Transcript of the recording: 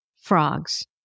frogs